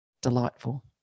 delightful